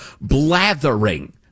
blathering